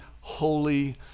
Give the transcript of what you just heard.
holy